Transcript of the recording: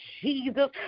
Jesus